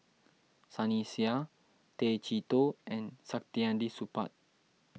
Sunny Sia Tay Chee Toh and Saktiandi Supaat